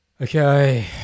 Okay